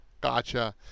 Gotcha